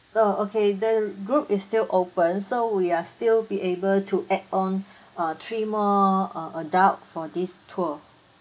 oh okay the group is still open so we are still be able to add on uh three more uh adult for this tour